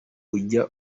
ujya